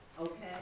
okay